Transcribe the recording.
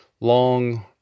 long